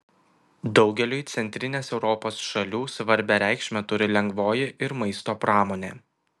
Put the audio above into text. daugeliui centrinės europos šalių svarbią reikšmę turi lengvoji ir maisto pramonė